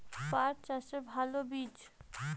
পাঠ চাষের ভালো বীজ?